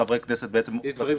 נראה לי